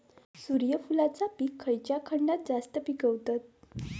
सूर्यफूलाचा पीक खयच्या खंडात जास्त पिकवतत?